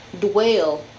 dwell